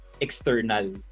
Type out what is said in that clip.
external